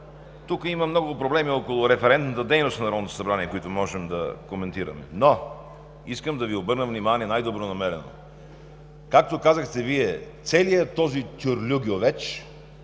Тук има много проблеми около референтната дейност на Народното събрание, които можем да коментираме, но искам да Ви обърна внимание най-добронамерено. Както казахте Вие, целият този тюрлю гювеч